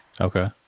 Okay